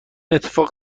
اتفاق